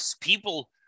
people